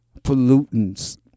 pollutants